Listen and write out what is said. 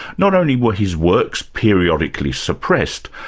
not only were his works periodically suppressed,